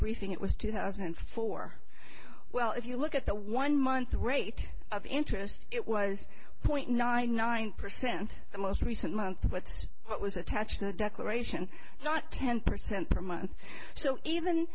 think it was two thousand and four well if you look at the one month rate of interest it was point nine nine percent the most recent month what's what was attached to the declaration not ten percent per month so even